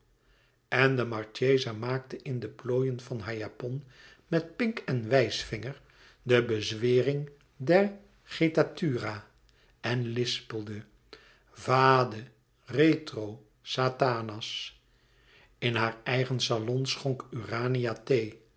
en de marchesa maakte in de plooien van haar japon met pink en wijsvinger de bezwering der gettatura en lispelde vado retro satanas in haar eigen salon schonk